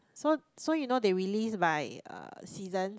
so so you know they release by uh seasons